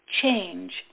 change